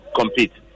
compete